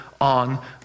on